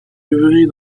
œuvrer